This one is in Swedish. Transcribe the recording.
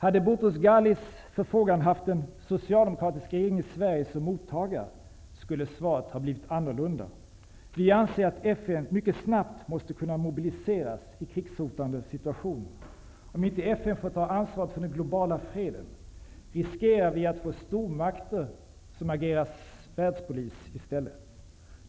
Hade Boutros-Ghalis förfrågan haft en socialdemokratisk regering i Sverige som mottagare, skulle svaret ha blivit annorlunda. Vi anser att FN mycket snabbt måste kunna mobiliseras i krigshotande situationer. Om inte FN får ta ansvaret för den globala freden, riskerar vi att få stormakter som agerar världspolis i stället.